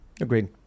Agreed